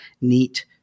Neat